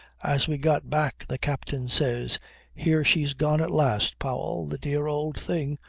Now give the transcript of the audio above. as we got back the captain says here she's gone at last, powell the dear old thing!